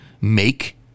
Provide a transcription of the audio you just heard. Make